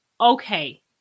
okay